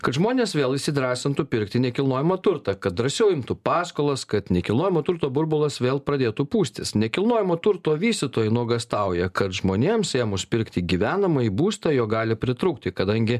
kad žmonės vėl įsidrąsintų pirkti nekilnojamą turtą kad drąsiau imtų paskolas kad nekilnojamo turto burbulas vėl pradėtų pūstis nekilnojamo turto vystytojai nuogąstauja kad žmonėms ėmus pirkti gyvenamąjį būstą jo gali pritrūkti kadangi